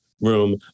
room